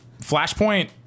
Flashpoint